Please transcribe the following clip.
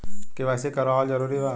KYC करवावल जरूरी बा?